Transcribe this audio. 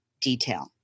detail